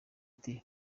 ati